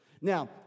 Now